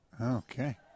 Okay